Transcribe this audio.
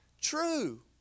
true